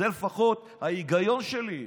זה לפחות ההיגיון שלי.